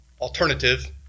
alternative